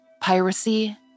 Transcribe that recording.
piracy